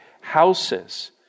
houses